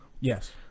Yes